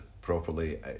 properly